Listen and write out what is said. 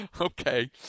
Okay